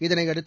இதனையடுத்து